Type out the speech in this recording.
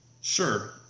Sure